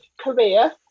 career